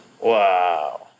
Wow